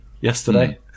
yesterday